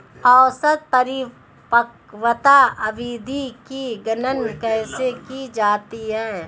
औसत परिपक्वता अवधि की गणना कैसे की जाती है?